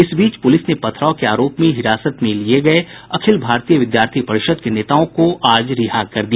इस बीच पुलिस ने पथराव के आरोप में हिरासत में लिये गये अखिल भारतीय विद्यार्थी परिषद् के नेताओं को आज रिहा कर दिया